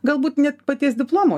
galbūt net paties diplomo